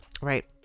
right